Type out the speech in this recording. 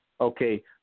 Okay